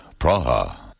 Praha